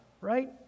right